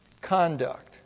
conduct